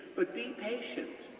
but be patient,